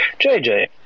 JJ